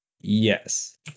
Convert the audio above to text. Yes